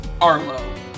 Arlo